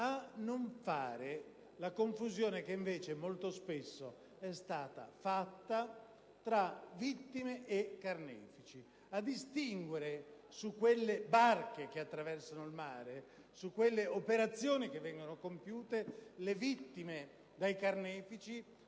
a non fare la confusione - che invece molto spesso è stata fatta - tra vittime e carnefici; ci aiuta a distinguere sulle barche che attraversano il mare e nelle operazioni che vengono compiute le vittime dai carnefici,